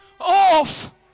off